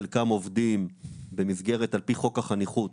חלקם עובדים במסגרת על פי חוק החניכות.